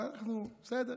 אבל בסדר.